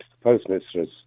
postmistress